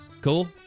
Cool